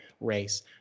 race